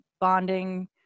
bonding